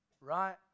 right